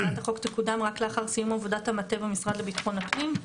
הצעת החוק תקודם רק לאחר סיום עבודת המטה במשרד לביטחון הפנים.